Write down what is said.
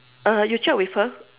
uh you check with her